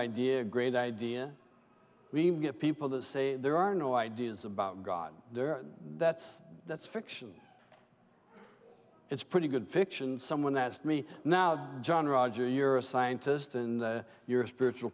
idea great idea we get people that say there are no ideas about god they're that's that's fiction it's pretty good fiction someone that's me now john roger you're a scientist and you're a spiritual